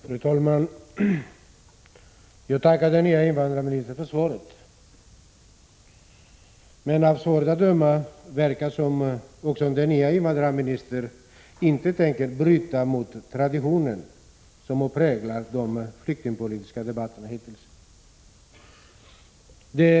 Fru talman! Jag tackar den nye invandrarministern för svaret. Av svaret att döma tänker han inte bryta mot den tradition som hittills har präglat de flyktingpolitiska debatterna.